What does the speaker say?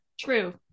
True